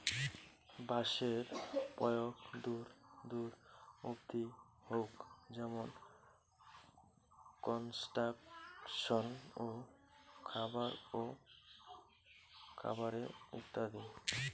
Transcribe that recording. বাঁশের প্রয়োগ দূর দূর অব্দি হউক যেমন কনস্ট্রাকশন এ, খাবার এ ইত্যাদি